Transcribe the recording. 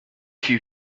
few